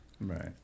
Right